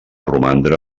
romandre